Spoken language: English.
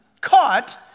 caught